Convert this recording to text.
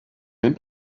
end